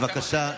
בבקשה.